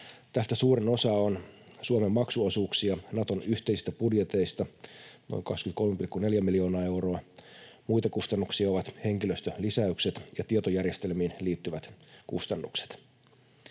Tästä suurin osa on Suomen maksuosuuksia Naton yhteisistä budjeteista, noin 23,4 miljoonaa euroa. Muita kustannuksia ovat henkilöstölisäykset ja tietojärjestelmiin liittyvät kustannukset.